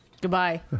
Goodbye